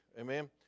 Amen